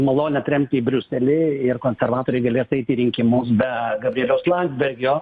į malonią tremtį į briuselį ir konservatoriai galės eiti į rinkimus be gabrieliaus landsbergio